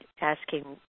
asking